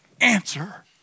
answer